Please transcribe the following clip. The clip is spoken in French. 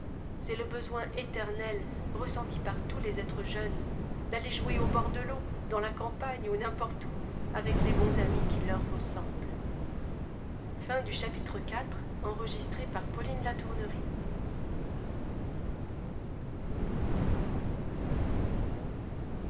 c'est le besoin éternel ressenti par tous les êtres jeunes d'aller jouer au bord de l'eau dans la campagne ou n'importe où avec les bons amis qui leur ressemblent